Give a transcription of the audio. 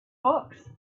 books